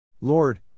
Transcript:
Lord